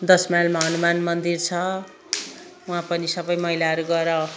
दस माइलमा हनुमान मन्दिर छ वहाँ पनि सबै महिलाहरू गएर